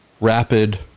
rapid